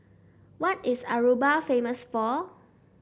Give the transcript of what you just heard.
what is Aruba famous for